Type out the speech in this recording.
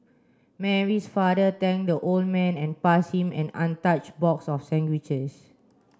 Mary's father thanked the old man and pass him an untouched box of sandwiches